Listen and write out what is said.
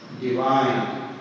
divine